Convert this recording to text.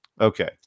Okay